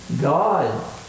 God